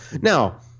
Now